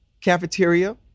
cafeteria